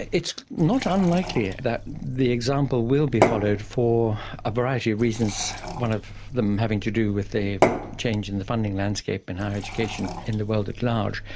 it's not unlikely that the example will be followed, for a variety of reasons, one of them having to do with the change in the funding landscape in higher education in the world at large.